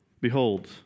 Behold